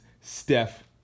Steph